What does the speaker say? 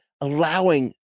allowing